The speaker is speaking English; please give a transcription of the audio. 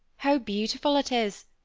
how beautiful it is!